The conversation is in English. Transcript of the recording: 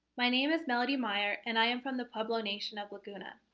my name is melodie meyer, and i'm from the pueblo nation of laguna.